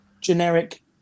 Generic